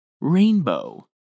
Rainbow